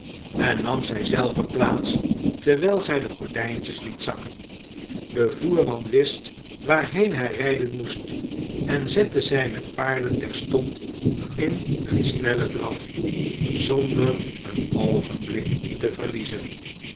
en nam zij zelve plaats terwijl zij de gordijntjes liet zakken de voerman wist waarheen hij rijden moest en zette zijne paarden terstond in een snellen draf zonder een oogenblik te verliezen